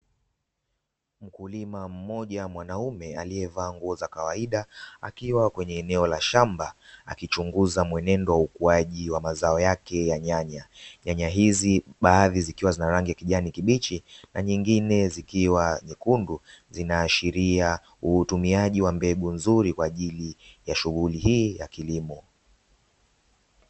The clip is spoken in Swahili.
Mkulima mmoja mwanaume aliyevaa nguo za kawaida akiwa kwenye eneo la shamba akichunguza mwenendo wa ukuaji wa mazao yake ya nyanya. Nyanya hizi baadhi zikiwa zina rangi ya kijani kibichi na nyingine zikiwa nyekundu, zinaashiria uutumiaji wa mbegu nzuri kwa ajili ya shughuli hii ya kilimo.